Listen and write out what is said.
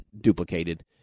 duplicated